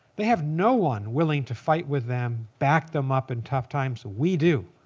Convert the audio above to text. they have no one willing to fight with them, back them up in tough times. we do.